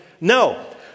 no